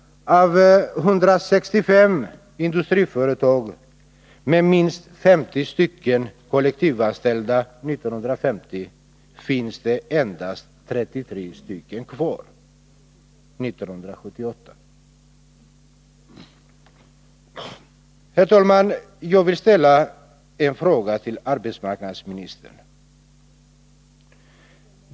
Av 165 industriföretag med minst 50 stycken kollektivanställda 1950, fanns det endast 33 stycken kvar 1978. Herr talman! Jag vill ställa en fråga till arbetsmarknadsministern.